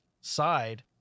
side